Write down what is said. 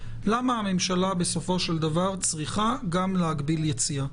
למה הממשלה בסופו של דבר צריכה גם להגביל יציאה?